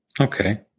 Okay